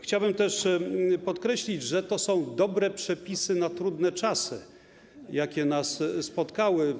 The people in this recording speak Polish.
Chciałbym podkreślić, że to są dobre przepisy na trudne czasy, jakie nastały.